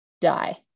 die